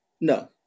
No